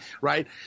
right